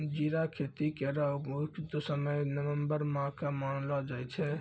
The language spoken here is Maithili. जीरा खेती केरो उपयुक्त समय नवम्बर माह क मानलो जाय छै